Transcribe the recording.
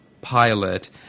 pilot